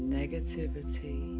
negativity